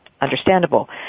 understandable